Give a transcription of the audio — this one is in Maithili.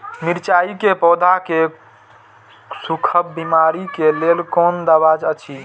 मिरचाई के पौधा के सुखक बिमारी के लेल कोन दवा अछि?